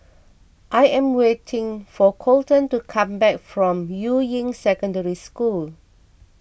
I am waiting for Colten to come back from Yuying Secondary School